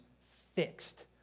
fixed